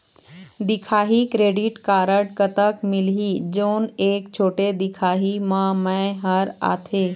दिखाही credit card कतक मिलही जोन एक छोटे दिखाही म मैं हर आथे?